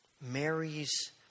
Mary's